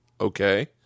okay